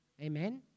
Amen